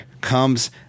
comes